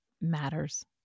matters